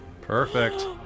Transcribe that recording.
Perfect